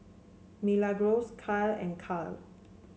Milagros Kyle and Kyle